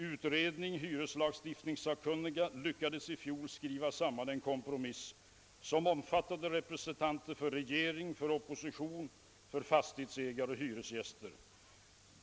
Utredningen, hyreslagstiftningssakkunniga, lyckades i fjol skriva samman en kompromiss som omfattade representanter för både regeringen, oppositionen, fastighetsägarna och hyresgäströrelsen.